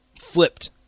flipped